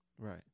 Right